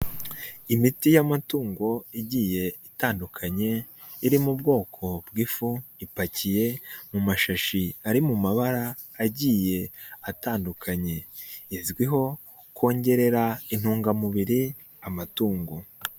Imiti y'amatungo igiye itandukanye iri mu bwoko bw'ifu ipakiye mu mashashi ari mu mabara agiye atandukanye, izwiho kongerera intungamubiri amatungo.